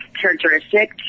characteristic